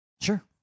Sure